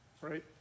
Right